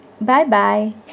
Bye-bye